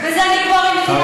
אני רוצה שתי מדינות: